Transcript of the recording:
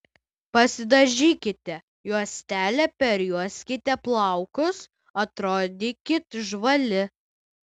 pasidažykite juostele perjuoskite plaukus atrodykit žvali